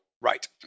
Right